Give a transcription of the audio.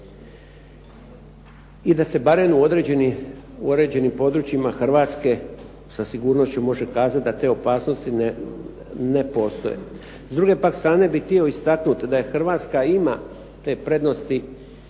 i da se barem u određenim područjima Hrvatske sa sigurnošću može kazati da te opasnosti ne postoje. S druge pak strane bih htio istaknuti da Hrvatska ima te prednosti